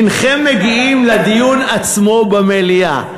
אתה, עכשיו, אינכם מגיעים לדיון עצמו במליאה.